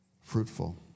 fruitful